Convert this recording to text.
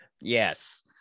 Yes